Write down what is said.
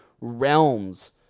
realms